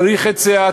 צריך היצע,